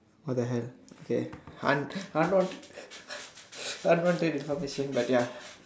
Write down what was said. what the hell okay Han Han want Han wanted condition but ya